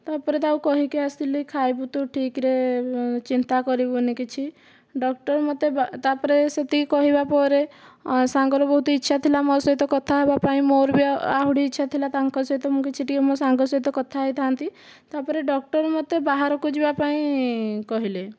ତାପରେ ତାକୁ କହିକି ଆସିଲି ଖାଇବୁ ତୁ ଠିକରେ ଚିନ୍ତା କରିବୁନି କିଛି ଡକ୍ଟର ମୋତେ ତାପରେ ସେତିକି କହିବା ପରେ ସାଙ୍ଗର ବହୁତ ଇଛା ଥିଲା ମୋ ସହିତ କଥା ହେବା ପାଇଁ ମୋର ବି ଆହୁରି ଇଛା ଥିଲା ତାଙ୍କ ସହିତ ମୁଁ କିଛି ଟିକିଏ ମୋ ସାଙ୍ଗ ସହିତ କଥା ହୋଇଥାନ୍ତି ତାପରେ ଡକ୍ଟର ମୋତେ ବାହାରକୁ ଯିବା ପାଇଁ କହିଲେ